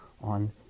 on